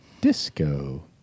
Disco